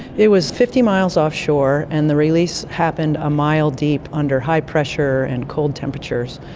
it was fifty miles offshore, and the release happened a mile deep under high pressure and cold temperatures.